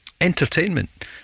Entertainment